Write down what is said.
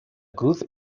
cruz